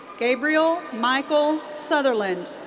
gabriel michael sutherland.